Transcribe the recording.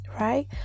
right